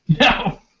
No